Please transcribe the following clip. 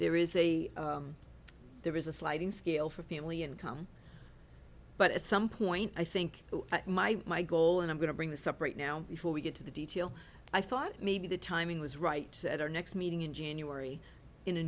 there is a there is a sliding scale for family income but at some point i think my my goal and i'm going to bring the separate now before we get to the detail i thought maybe the timing was right at our next meeting in january in a